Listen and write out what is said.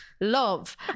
love